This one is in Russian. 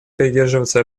придерживаться